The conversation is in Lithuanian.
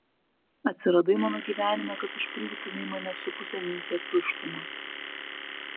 atsiradai mano gyvenime kad užpildytumei mane supusią nykią tuštumą